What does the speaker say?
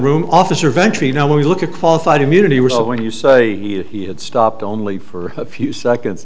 room officer venture you know when we look at qualified immunity was when you say he had stopped only for a few seconds